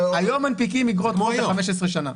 מנפיקים היום אגרות חוב ל-15 שנה.